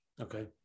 Okay